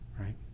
right